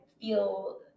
feel